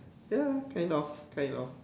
ya kind of kind of